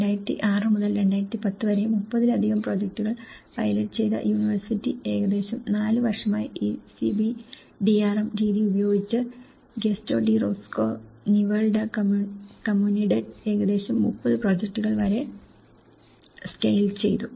2006 മുതൽ 2010 വരെ 30 ലധികം പ്രോജക്റ്റുകൾ പൈലറ്റ് ചെയ്ത യൂണിവേഴ്സിറ്റി ഏകദേശം 4 വർഷമായി ഈ CBDRM രീതി ഉപയോഗിച്ച് ഗെസ്റ്റോ ഡി റിസ്കോ നിവേൽ ഡാ കമുനിഡെഡ് ഏകദേശം 30 പ്രോജക്റ്റുകൾ വരെ സ്കെയിൽ ചെയ്തു